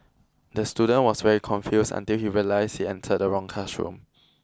the student was very confused until he realized he entered the wrong classroom